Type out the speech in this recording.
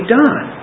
done